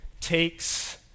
takes